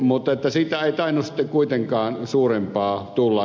mutta siitä ei tainnut sitten kuitenkaan suurempaa tulla